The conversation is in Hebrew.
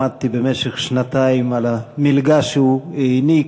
למדתי במשך שנתיים על המלגה שהוא העניק,